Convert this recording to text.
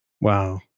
Wow